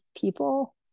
people